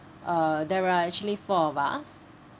uh there are actually four of us